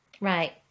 Right